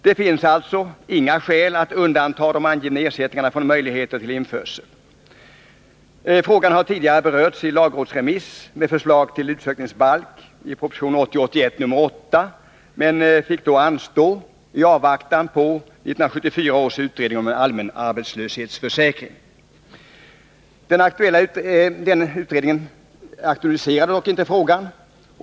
Det finns alltså inga skäl att undanta de angivna ersättningarna från möjligheter för införsel. Frågan har tidigare berörts i lagrådsremiss med förslag till utsökningsbalk i proposition 1980/81:8, men fick då anstå i avvaktan på 1974 års utredning om en allmän arbetslöshetsförsäkring. Denna utredning aktualiserade dock inte frågan.